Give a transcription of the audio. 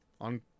on